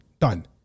done